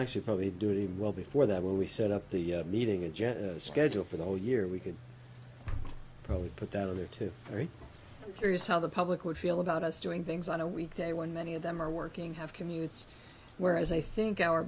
actually probably do it even well before that when we set up the meeting agenda schedule for the whole year we could probably put that in there too very curious how the public would feel about us doing things on a weekday when many of them are working have commutes whereas i think our